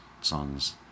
songs